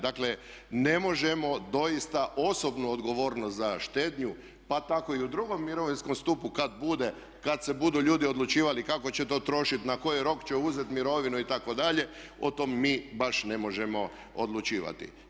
Dakle ne možemo doista osobnu odgovornost za štednju pa tako i u drugom mirovinskom stupu kada bude, kada se budu ljudi odlučivali kako će to trošiti, na koji rok će uzeti mirovinu itd., o tome mi baš ne možemo odlučivati.